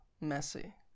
Messy